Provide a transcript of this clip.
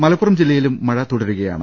മലപ്പുറം ജില്ലയിലും മഴ തുടരുന്നു